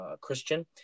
Christian